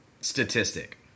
statistic